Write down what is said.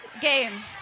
Game